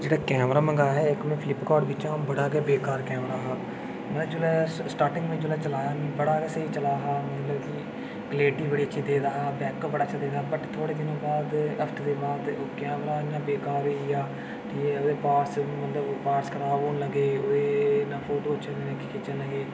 जेह्ड़ा केमरा मंगाया हा इक में फ्लिप कार्ड बिच्चा ओह् बड़ा गै बेकार केमरा हा में जिसलै स्टार्टिंग च चलाया बड़ा गै स्हेई चला दा हा मतलब कि कलैरटी बड़ी अच्छी देआ दा हा बैक अप बड़ा अच्छा देआ हा बट थ्होड़े दिनें बाद एह् हफ्ते दे बाद ओह् कैमरा इ'यां बेकार होई गेआ मतलब के ओह्दे पार्टस खराब होन लगे ओह्दे फोटो नेईं